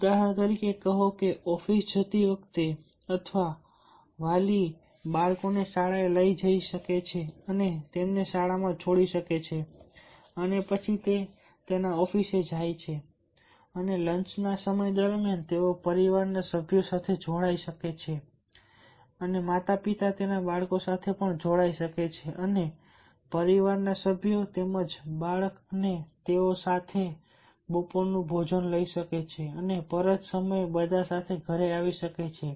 ઉદાહરણ તરીકે કહો કે ઓફિસે જતી વખતે વાલીઓ બાળકોને શાળાએ લઈ જઈ શકે છે તેમને શાળામાં છોડી શકે છે અને પછી ઑફિસે જઈ શકે છે અને લંચના સમય દરમિયાન તેઓ પરિવારના સભ્યો સાથે જોડાઈ શકે છે માતાપિતા સાથે જોડાઈ શકે છે અને પરિવારના સભ્યો તેમજ બાળક અને તેઓ સાથે બપોરનું ભોજન લઈ શકે છે અને પરત સમયે બધા સાથે આવી શકે છે